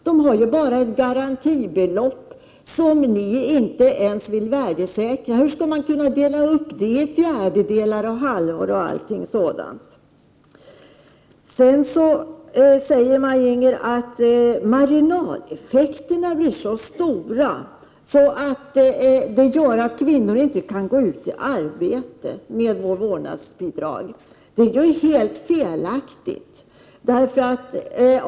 De har ju bara ett garantibelopp, som socialdemokraterna inte ens vill värdesäkra. Hur skall man kunna dela upp det till fjärdedelar och halvor? Maj-Inger Klingvall menar att marginaleffekterna av vårdnadsbidraget blir så stora att följden blir att kvinnorna inte kan gå ut i arbete. Det är helt felaktigt.